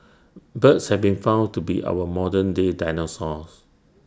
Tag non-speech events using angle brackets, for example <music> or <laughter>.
<noise> birds have been found to be our modern day dinosaurs